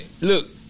Look